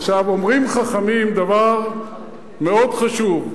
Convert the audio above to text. עכשיו, אומרים חכמים דבר מאוד חשוב,